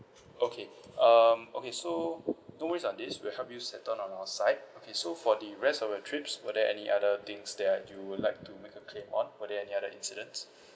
okay um okay so no worries on this will help you settle on your side okay so for the rest of the trips were there any other things that you would like to make a claim on were there any other incidents